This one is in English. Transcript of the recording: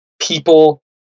people